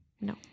No